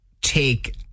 take